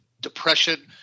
depression